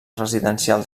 residencial